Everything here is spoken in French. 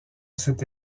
cette